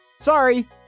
Sorry